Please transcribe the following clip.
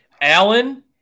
Allen